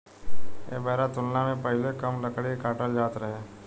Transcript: ऐ बेरा तुलना मे पहीले कम लकड़ी के काटल जात रहे